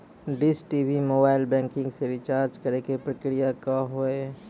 Dish TV mobile banking से recharge करे के प्रक्रिया का हाव हई?